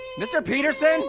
mr. peterson